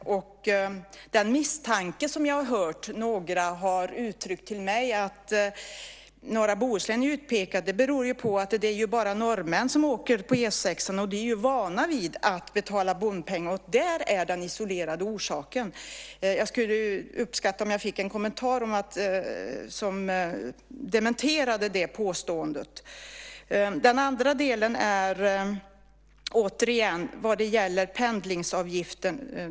Den misstanke som jag har hört några uttrycka till mig är att norra Bohuslän är utpekat därför att det bara är norrmän som åker på E 6:an, och de är ju vana vid att betala bompeng. Där är den isolerade orsaken. Jag skulle uppskatta om jag fick en kommentar av statsrådet som dementerade det påståendet. Den andra delen gäller återigen pendlingsavgiften.